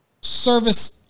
service